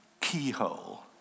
keyhole